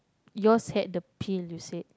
yours had the pill you said